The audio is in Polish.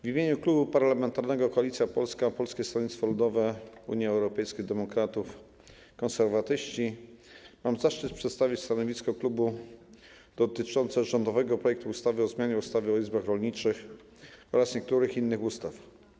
W imieniu Klubu Parlamentarnego Koalicja Polska - Polskie Stronnictwo Ludowe, Unia Europejskich Demokratów, Konserwatyści mam zaszczyt przedstawić stanowisko klubu dotyczące rządowego projektu ustawy o zmianie ustawy o izbach rolniczych oraz niektórych innych ustaw.